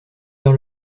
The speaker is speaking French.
lire